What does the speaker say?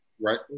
Right